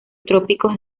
trópicos